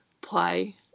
play